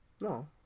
No